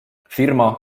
firma